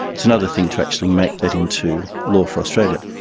it's another thing to actually make that into law for australia.